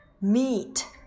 Meat